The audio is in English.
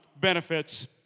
Benefits